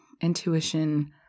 intuition